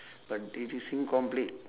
but it is incomplete